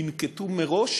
ננקטו מראש